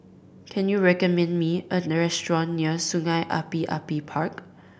can you recommend me a near Sungei Api Api Park